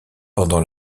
pendant